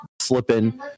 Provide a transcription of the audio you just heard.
slipping